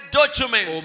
document